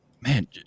man